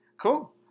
Cool